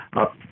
up